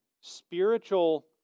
spiritual